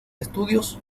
estudios